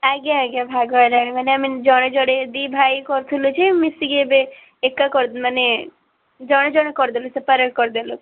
ଆଜ୍ଞା ଆଜ୍ଞା ଭାଗ ହେଲାଣି ମାନେ ଆମେ ଜଣେ ଜଣେ ଦୁଇ ଭାଇ କରୁଥିଲୁ ଯେ ମିଶିକି ଏବେ ଏକା ମାନେ ଜଣେ ଜଣେ କରିଦେଲୁ ସେପାରେଟ୍ କରିଦେଲୁ